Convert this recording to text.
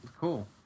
cool